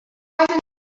driving